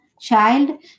child